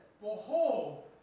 Behold